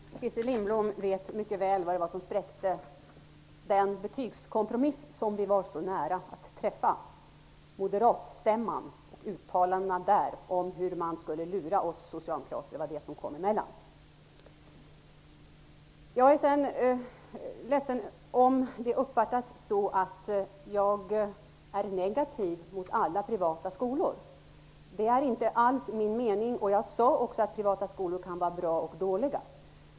Fru talman! Christer Lindblom vet mycket väl vad som spräckte den betygskompromiss som vi var så nära att göra. Moderatstämman, och uttalandena där om hur man skulle lura oss socialdemokrater, var det som kom emellan. Jag är ledsen om det uppfattas som om jag är negativ mot alla privata skolor. Det är inte alls min mening, och jag sade också att privata skolor kan vara bra och dåliga.